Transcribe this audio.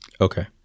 Okay